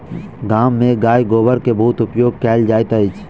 गाम में गाय गोबर के बहुत उपयोग कयल जाइत अछि